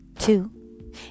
Two